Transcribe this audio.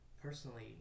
personally